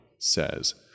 says